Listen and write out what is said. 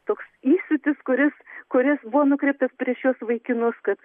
toks įsiūtis kuris kuris buvo nukreiptas prieš šiuos vaikinus kad